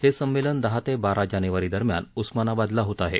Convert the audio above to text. हे संमेलन दहा ते बारा जानेवारीदरम्यान उस्मानाबादला होत आहे